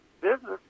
business